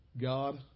God